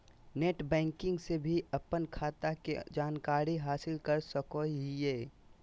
net banking से भी अपन खाता के जानकारी हासिल कर सकोहिये